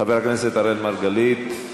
חבר הכנסת אראל מרגלית.